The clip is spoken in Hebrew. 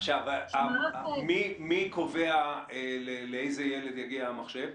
עכשיו, מי קובע לאיזה ילד יגיע המחשב?